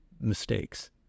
mistakes